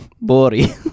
Bori